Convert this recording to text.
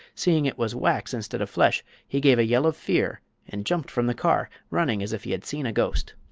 seeing it was wax instead of flesh, he gave a yell of fear and jumped from the car, running as if he had seen a ghost.